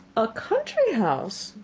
a country house!